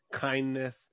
kindness